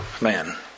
man